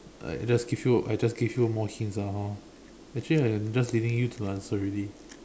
I just give you I just give you more hints ah hor actually I am just leading you to the answer already